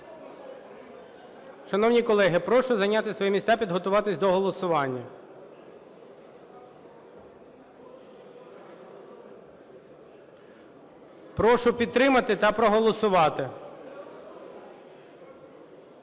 Шановні колеги, прошу зайняти свої місця, підготуватись до голосування. Прошу підтримати та проголосувати.